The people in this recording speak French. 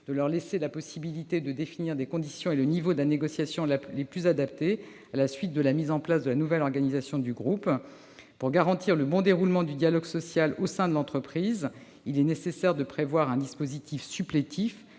de leur part -la possibilité de définir les conditions et le niveau de négociation les plus adaptés à la suite de la mise en place de la nouvelle organisation du groupe. Pour garantir le bon déroulement du dialogue social au sein de l'entreprise, il est nécessaire de prévoir un dispositif supplétif,